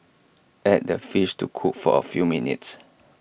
add the fish to cook for A few minutes